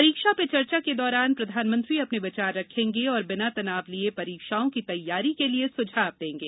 परीक्षा पे चर्चा के दौरान प्रधानमंत्री अपने विचार रखेंगे और बिना तनाव लिए परीक्षाओं की तैयारी के लिए स्झाव देंगे